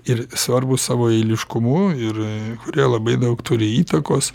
ir svarbūs savo eiliškumu ir kurie labai daug turi įtakos